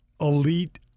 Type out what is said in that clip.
elite